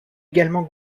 également